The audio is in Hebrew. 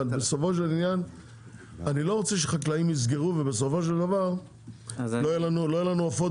אבל בסופו של עניין אני לא רוצה שחקלאים יסגרו ולא יהיו לנו עופות